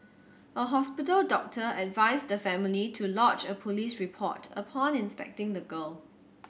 a hospital doctor advised the family to lodge a police report upon inspecting the girl